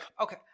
okay